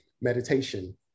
Meditation